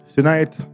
Tonight